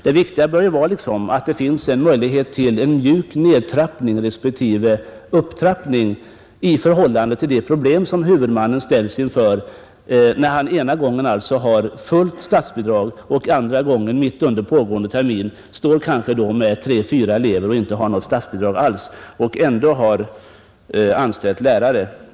Det viktiga bör liksom vara att det finns möjlighet till en mjuk nedtrappning respektive upptrappning i förhållande till de problem som huvudmannen ställs inför när han ena gången har fullt statsbidrag och andra gången mitt under pågående termin kanske står med tre-fyra elever och inte har något statsbidrag alls men ändå har anställt lärare.